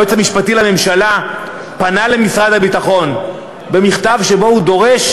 היועץ המשפטי לממשלה פנה למשרד הביטחון במכתב שבו הוא דורש